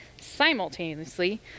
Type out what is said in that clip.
simultaneously